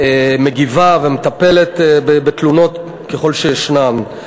מגיבה ומטפלת בתלונות ככל שישנן.